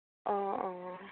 অঁ অঁ অঁ